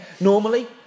normally